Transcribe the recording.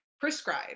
prescribe